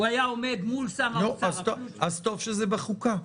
הוא היה עומד מול שר האוצר --- טוב שזה בחוקה.